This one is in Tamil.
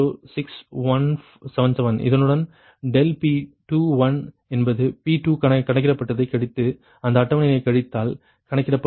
06177 இதனுடன் ∆P2 என்பது P2 கணக்கிடப்பட்டதைக் கழித்து அந்த அட்டவணையைக் கழித்தால் கணக்கிடப்படும்